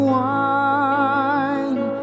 wine